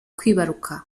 kwibaruka